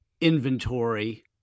inventory